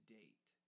date